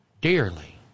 Dearly